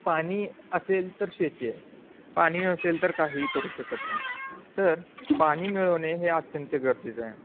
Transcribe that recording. पाणी असेल तर शेतीये पाणी नसेल तर काहीही करू शकत नाही तर पाणी मिळवणे हे अत्यंत गरजेचं आहे